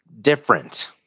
different